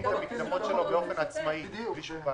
להקטין את המקדמות שלו באופן עצמאי בלי שום בעיה.